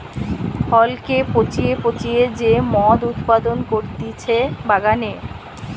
ফলকে পচিয়ে পচিয়ে যে মদ উৎপাদন করতিছে বাগানে